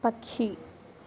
పక్షి